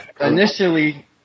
initially